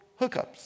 hookups